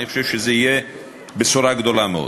ואני חושב שזו תהיה בשורה גדולה מאוד.